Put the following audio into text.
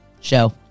Show